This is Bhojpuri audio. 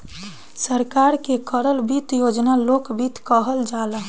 सरकार के करल वित्त योजना लोक वित्त कहल जाला